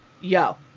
yo